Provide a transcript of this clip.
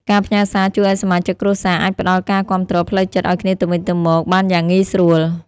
ការផ្ញើរសារជួយឱ្យសមាជិកគ្រួសារអាចផ្ដល់ការគាំទ្រផ្លូវចិត្តឱ្យគ្នាទៅវិញទៅមកបានយ៉ាងងាយស្រួល។